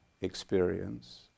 experience